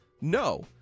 No